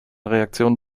reaktionen